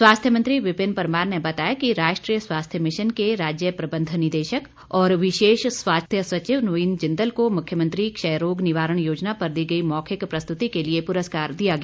स्वास्थ्य मंत्री विपिन परमार ने बताया कि राष्ट्रीय स्वास्थ्य मिशन के राज्य प्रबंध निदेशक और विशेष सचिव स्वास्थ्य नवीन जिंदल को मुख्यमंत्री क्षय रोग निवारण योजना पर दी गई मौखिक प्रस्तुति के लिए पुरस्कार दिया गया